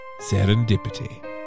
serendipity